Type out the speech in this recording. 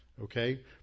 okay